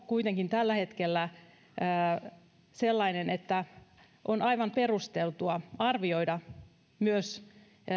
kuitenkin tällä hetkellä sellainen että on aivan perusteltua arvioida myös